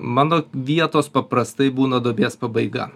mano vietos paprastai būna duobės pabaiga